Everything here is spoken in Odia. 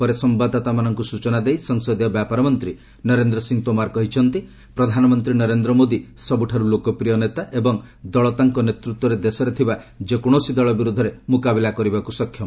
ପରେ ସାମ୍ବାଦିକମାନଙ୍କୁ ସୂଚନା ଦେଇ ସଂସଦୀୟ ବ୍ୟାପାର ମନ୍ତ୍ରୀ ନରେନ୍ଦ୍ର ସିଂହ ତୋମାର କହିଛନ୍ତି ପ୍ରଧାନମନ୍ତ୍ରୀ ନରେନ୍ଦ୍ର ମୋଦି ସବୁଠାରୁ ଲୋକପ୍ରିୟ ନେତା ଏବଂ ଦଳ ତାଙ୍କ ନେତୃତ୍ୱରେ ଦେଶରେ ଥିବା ଯେକୌଣସି ଦଳ ବିରୋଧରେ ମୁକାବିଲା କରିବାକୁ ସକ୍ଷମ